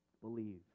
Believe